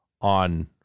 on